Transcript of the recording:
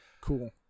Cool